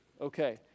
Okay